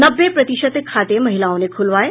नब्बे प्रतिशत खाते महिलाओं ने खुलवाएं